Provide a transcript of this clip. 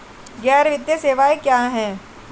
गैर वित्तीय सेवाएं क्या हैं?